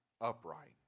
upright